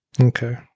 Okay